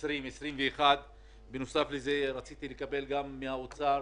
לבסיס התקציב לשנים 2020 2021. בנוסף לכך רציתי לקבל ממשרד האוצר